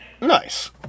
Nice